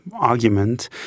argument